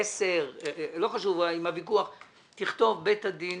10, לא חשוב הוויכוח, תכתוב: בית הדין